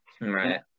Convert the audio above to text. right